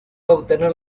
obtener